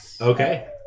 okay